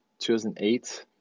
2008